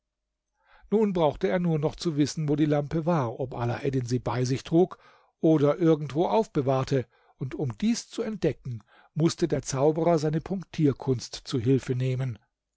nun brauchte er nur noch zu wissen wo die lampe war ob alaeddin sie bei sich trug oder irgendwo aufbewahrte und um dies zu entdecken mußte der zauberer seine punktierkunst zu hilfe nehmen